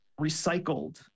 recycled